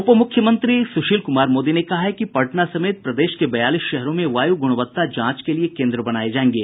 उपमुख्यमंत्री सूशील कुमार मोदी ने कहा है कि पटना समेत प्रदेश के बयालीस शहरों में वायु गुणवत्ता जांच के लिए केन्द्र बनाये जायेंगे